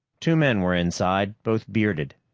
two men were inside, both bearded.